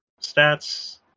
stats